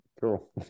Cool